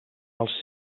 els